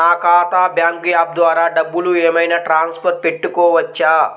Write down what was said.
నా ఖాతా bank app ద్వారా డబ్బులు ఏమైనా ట్రాన్స్ఫర్ పెట్టుకోవచ్చా?